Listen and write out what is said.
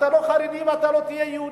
אתה לא חרדי ואתה לא תהיה יהודי.